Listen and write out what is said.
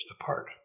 apart